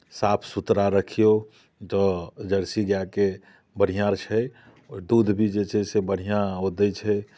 साफ सुथड़ा रखियौ तऽ जर्सी गाएके बढ़िआँ छै दूध भी जे छै से बढ़िआँ ओ दै छै